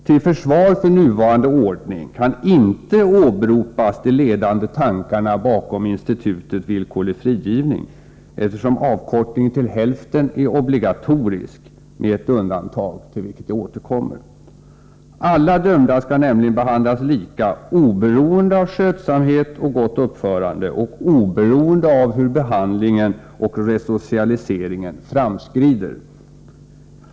Till försvar för nuvarande ordning kan inte åberopas de ledande tankarna bakom institutet villkorlig frigivning, eftersom avkortningen till hälften är obligatorisk — med ett undantag, till vilket jag återkommer. Alla dömda skall nämligen behandlas lika, oberoende av skötsamhet och gott uppförande och oberoende av hur behandlingen och resocialiseringen framskrider.